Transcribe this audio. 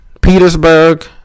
Petersburg